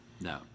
no